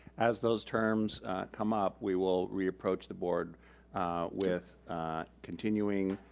as those terms come up, we will re-approach the board with continuing,